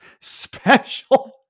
special